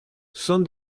son